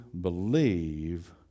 believe